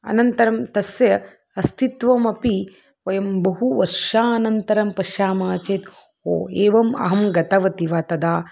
अनन्तरं तस्य अस्तित्वमपि वयं बहुवर्षानन्तरं पश्यामः चेत् ओ एवम् अहं गतवती वा तदा